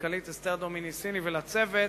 למנכ"לית אסתר דומיניסיני ולצוות,